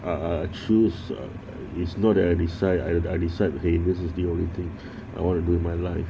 I I choose uh is not that I decide I I decide okay this is the only thing I want to do in my life